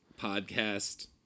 Podcast